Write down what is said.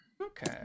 Okay